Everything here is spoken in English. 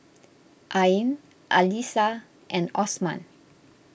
Ain Alyssa and Osman